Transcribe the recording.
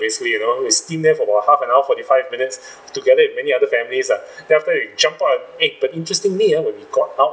basically you know we steam there for about half an hour forty-five minutes together with many other families lah then after we jumped out and eh but interestingly uh when we got out